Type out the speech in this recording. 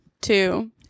Two